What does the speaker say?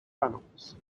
funnels